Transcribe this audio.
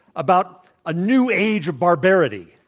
about a new age of barbarity,